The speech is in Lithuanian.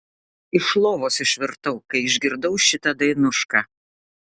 iš lovos išvirtau kai išgirdau šitą dainušką